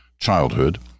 childhood